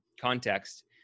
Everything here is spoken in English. context